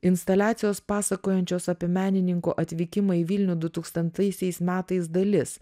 instaliacijos pasakojančios apie menininkų atvykimą į vilnių dutūkstantaisiais metais dalis